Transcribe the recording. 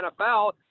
NFL